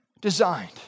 designed